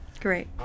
Great